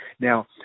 Now